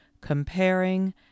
comparing